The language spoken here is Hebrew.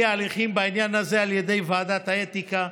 ההליכים בעניין הזה על ידי ועדת האתיקה,